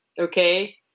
Okay